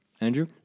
Andrew